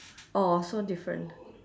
orh so different